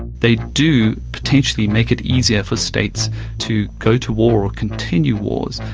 they do, potentially, make it easier for states to go to war or continue wars.